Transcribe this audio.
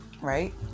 Right